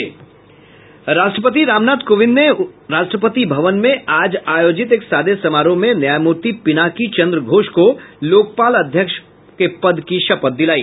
राष्ट्रपति रामनाथ कोविंद ने राष्ट्रपति भवन में आज आयोजित एक सादे समारोह में न्यायमूर्ति पिनाकी चंद्र घोष को लोकपाल अध्यक्ष के पद की शपथ दिलाई